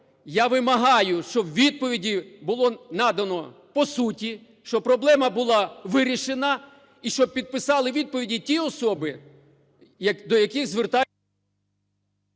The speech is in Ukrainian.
Я вимагаю, щоб відповіді було надано по суті, щоб проблема була вирішена і щоб підписали відповіді ті особи, до яких… ГОЛОВУЮЧИЙ.